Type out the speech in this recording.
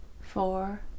four